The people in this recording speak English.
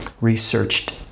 Researched